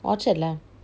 orchard lah